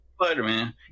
Spider-Man